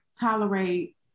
tolerate